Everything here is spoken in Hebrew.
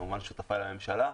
וכמובן שותפי לממשלה,